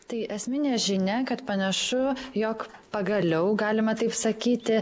tai esminė žinia kad panašu jog pagaliau galima taip sakyti